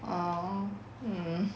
!aww! mm